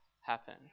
happen